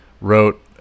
wrote